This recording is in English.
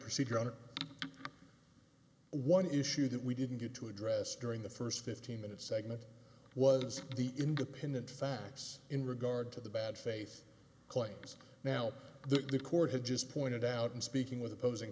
secret one issue that we didn't get to address during the first fifteen minutes segment was the independent facts in regard to the bad faith claims now the court had just pointed out in speaking with opposing